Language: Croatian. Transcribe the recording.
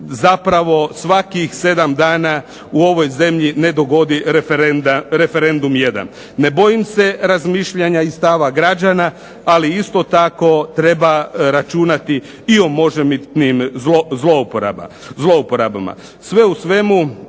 zapravo svakih 7 dana u ovoj zemlji ne dogodi referendum jedan. Ne bojim se razmišljanja i stava građana, ali isto tako treba računati i o možebitnim zlouporabama. Sve u svemu,